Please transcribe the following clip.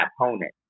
opponent